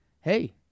hey